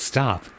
Stop